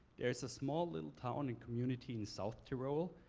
there is a small little town and community in south tyrol,